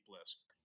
list